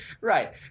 right